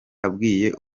abwiye